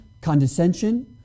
condescension